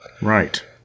Right